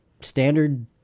standard